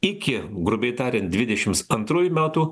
iki grubiai tariant dvidešimt antrųjų metų